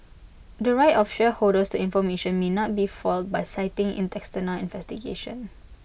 the right of shareholders to information may not be foiled by citing external investigation